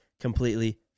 completely